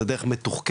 זו דרך מתוחכמת,